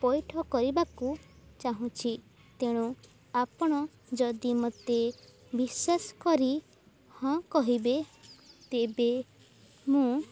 ପଇଠ କରିବାକୁ ଚାହୁଁଛି ତେଣୁ ଆପଣ ଯଦି ମୋତେ ବିଶ୍ୱାସ କରି ହଁ କହିବେ ତେବେ ମୁଁ